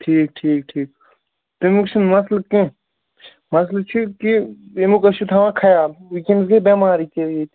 ٹھیٖک ٹھیٖک ٹھیٖک تَمیُک چھُنہٕ مَسلہٕ کیٚنٛہہ مَسلہٕ چھُ کہِ اَمیُک أسِو تھاوان خیال وٕنۍکٮ۪نس گٔے بٮ۪مار ییٚکیٛاہ ییٚتہِ